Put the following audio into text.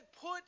put